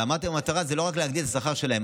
אבל אמרתי שהמטרה היא לא רק להגדיל את השכר שלהם.